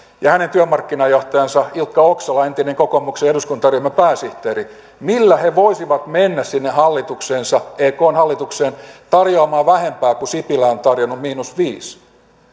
ja hänen työmarkkinajohtajansa ilkka oksala entinen kokoomuksen eduskuntaryhmän pääsihteeri voisivat mennä sinne hallitukseensa ekn hallitukseen tarjoamaan vähempää kun sipilä on tarjonnut miinus viisi